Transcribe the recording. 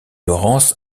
laurence